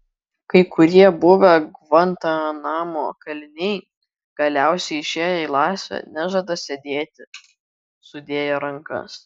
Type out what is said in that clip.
kai kurie buvę gvantanamo kaliniai galiausiai išėję į laisvę nežada sėdėti sudėję rankas